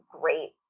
great